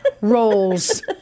rolls